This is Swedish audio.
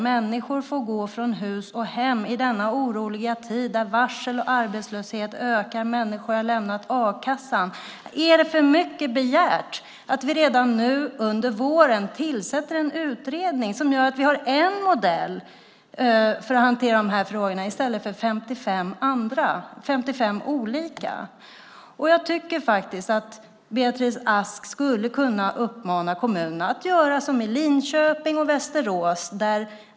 Människor får gå från hus och hem i denna oroliga tid då varsel och arbetslöshet ökar och människor har lämnat a-kassan. Är det för mycket begärt att vi redan nu under våren tillsätter en utredning för att få en modell för att hantera de här frågorna i stället för 55 olika? Jag tycker faktiskt att Beatrice Ask skulle kunna uppmana kommunerna att göra som i Linköping och Västerås.